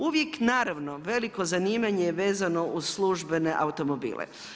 Uvijek naravno veliko zanimanje je vezano uz službene automobile.